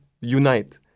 unite